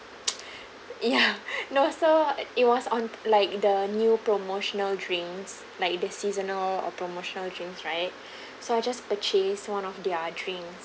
ya no so it was on like the new promotional drinks like the seasonal or promotional drinks right so I just purchased one of their drinks